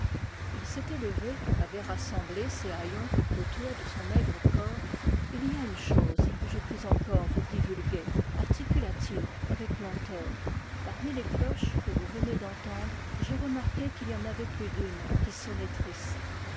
il s'était levé avait rassemblé ses haillons autour de son maigre corps il y a une chose que je puis encore vous divulguer articula t il avec lenteur parmi les cloches que vous venez d'entendre j'ai remarqué qu'il y en avait plus d'une qui sonnait triste